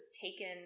taken